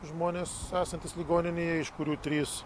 žmonės esantys ligoninėje iš kurių trys